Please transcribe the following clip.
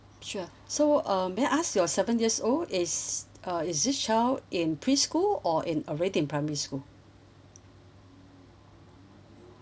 sure so um may I ask your seven years old is uh is this child in preschool or already in primary school